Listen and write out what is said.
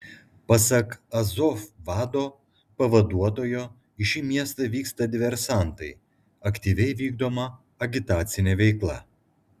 pasak azov vado pavaduotojo į šį miestą vyksta diversantai aktyviai vykdoma agitacinė veikla